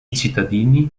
cittadini